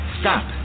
Stop